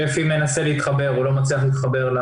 שמעת את הטענות